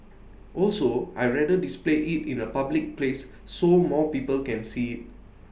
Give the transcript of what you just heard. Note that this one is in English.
also I'd rather display IT in A public place so more people can see IT